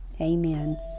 Amen